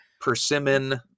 Persimmon